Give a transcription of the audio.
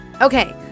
Okay